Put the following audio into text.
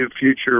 future